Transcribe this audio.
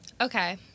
Okay